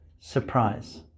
Surprise